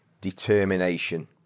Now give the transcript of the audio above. determination